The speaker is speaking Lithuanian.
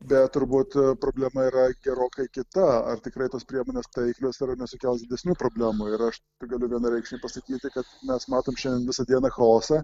bet turbūt problema yra gerokai kita ar tikrai tos priemonės taiklios ir ar nesukels didesnių problemų ir aš tik galiu vienareikšmiai pasakyti kad mes matom šiandien visą dieną chaosą